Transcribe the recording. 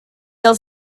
els